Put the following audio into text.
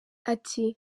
ati